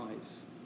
eyes